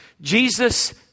Jesus